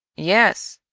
yes,